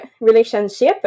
relationship